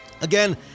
again